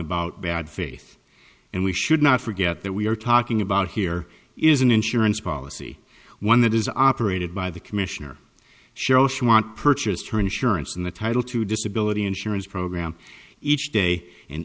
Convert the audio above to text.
about bad faith and we should not forget that we are talking about here is an insurance policy one that is operated by the commissioner shoshu want purchased her insurance in the title to disability insurance program each day and